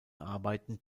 arbeiten